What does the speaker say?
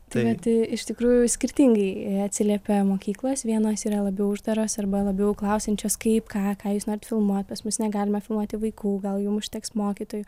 tai vat iš tikrųjų skirtingai atsiliepė mokyklos vienos yra labiau uždaros arba labiau klausiančios kaip ką ką jūs norit filmuot pas mus negalima filmuoti vaikų gal jum užteks mokytojų